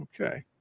Okay